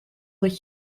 dat